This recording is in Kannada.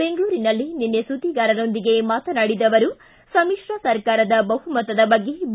ಬೆಂಗಳೂರಿನಲ್ಲಿ ನಿನ್ನೆ ಸುದ್ದಿಗಾರರೊಂದಿಗೆ ಮಾತನಾಡಿದ ಅವರು ಸಮಿಶ್ರ ಸರ್ಕಾರದ ಬಹುಮತದ ಬಗ್ಗೆ ಬಿ